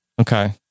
Okay